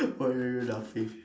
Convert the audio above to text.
why are you laughing